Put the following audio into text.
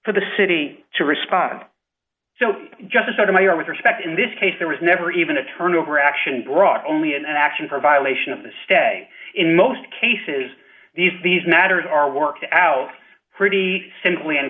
for the city to respond so justice sotomayor with respect in this case there was never even a turnover action brought only an action for violation of the stay in most cases these these matters are worked out pretty simply an